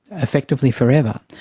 effectively forever.